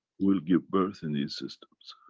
we'll give birth in these systems.